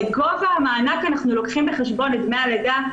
לגובה המענק אנחנו לוקחים בחשבון את דמי הלידה.